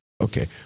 Okay